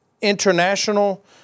International